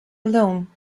alone